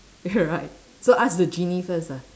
right so ask the genie first ah